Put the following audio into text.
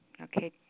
Okay